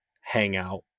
hangout